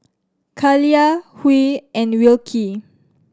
Kaliyah Huey and Wilkie